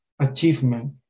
achievement